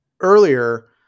earlier